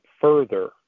further